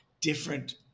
different